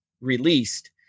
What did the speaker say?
released